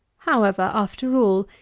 however, after all,